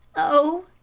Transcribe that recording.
oh,